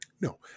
No